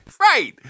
Right